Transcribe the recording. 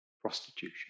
prostitution